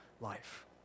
life